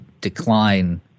decline